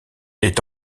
est